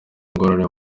ingorane